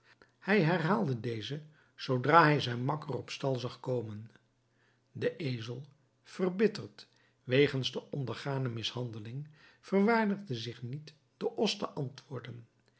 hij herhaalde deze zoodra hij zijn makker op stal zag komen de ezel verbitterd wegens de ondergane mishandeling verwaardigde zich niet den os te antwoorden